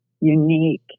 unique